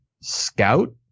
Scout